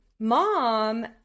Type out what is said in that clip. Mom